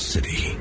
City